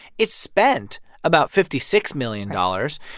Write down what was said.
it spent about fifty six million dollars.